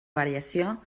variació